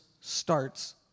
starts